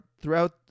Throughout